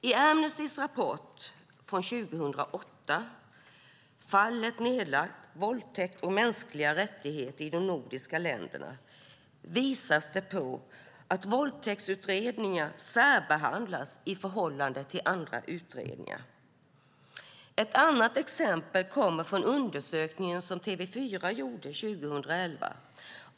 I Amnestys rapport från 2008, Fallet nedlagt - Våldtäkt och mänskliga rättigheter i de nordiska länderna , visas det att våldtäktsutredningar särbehandlas i förhållande till andra utredningar. Ett annat exempel kommer från en undersökning som TV4 gjorde 2011.